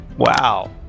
Wow